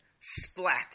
splat